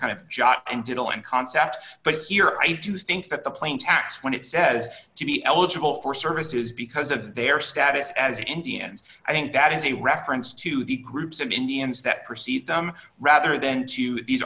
kind of jot and tittle and concept but here i do think that the plain tax when it says to be eligible for services because of their status as indians i think that is a reference to the groups of indians that perceive them rather than to these